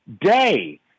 day